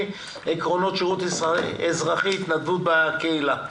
(עקרונות השירות הלאומי וההתנדבות הקהילתית),